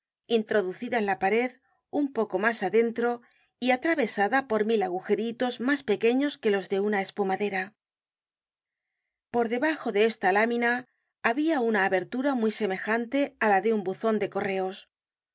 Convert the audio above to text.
introducida en la pared un poco mas adentro y atravesada por mil agujeritos mas pequeños que los de una espumadera por debajo de esta lámina habia una abertura muy semejante á la de un buzon de correos un